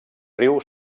riu